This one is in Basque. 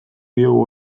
diogu